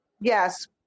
Yes